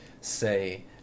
say